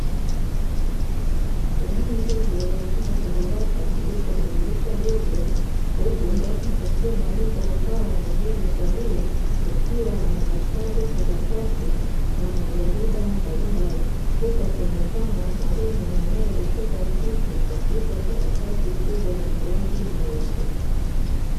Sehemi ndogo ya chumba cha darasa kilicho na dirisha dogo, huku ndani kukiwa na meza ya mbao na juu ya meza hiyo kukiwa na: madaftari, karatasi na majarida mbalimbali. Huku akionekana mwalimu anayeelekeza kitu katika karatasi kubwa yenye rangi nyeupe.